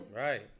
Right